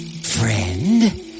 Friend